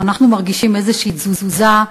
אנחנו מרגישים איזושהי תזוזה.